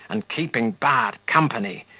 and keeping bad company,